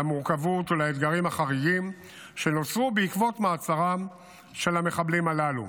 למורכבות ולאתגרים החריגים שנוצרו בעקבות מעצרם של המחבלים הללו,